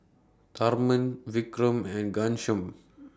Tharman Vikram and Ghanshyam